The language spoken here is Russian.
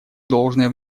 должное